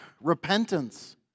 repentance